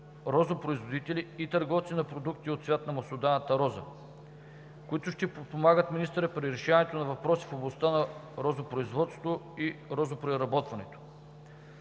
розопроизводители и търговци на продукти от цвят на маслодайната роза, които ще подпомагат министъра при решаването на въпроси в областта на розопроизводството и розопреработването.